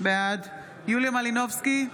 בעד יוליה מלינובסקי,